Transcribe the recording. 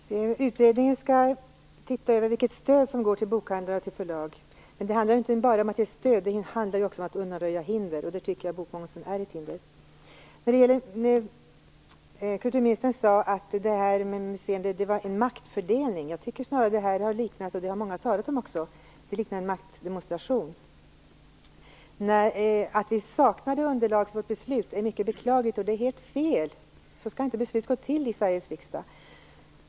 Herr talman! Utredningen skall se över vilket stöd som går till bokhandel och till förlag. Men det handlar inte bara om att ge stöd, utan också om att undanröja hinder. Jag tycker då att bokmomsen är ett hinder. Kulturministern sade att förslaget om museerna var en maktfördelning. Jag tycker snarare att det har liknat, som många också har sagt, en maktdemonstration. Det är mycket beklagligt att vi saknar underlag för beslut. Det är helt fel - så skall beslutsprocessen inte gå till i Sveriges riksdag.